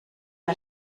ein